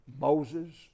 Moses